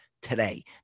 today